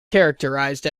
characterized